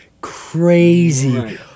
crazy